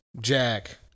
Jack